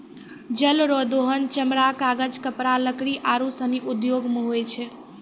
जल रो दोहन चमड़ा, कागज, कपड़ा, लकड़ी आरु सनी उद्यौग मे होय छै